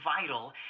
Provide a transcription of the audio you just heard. vital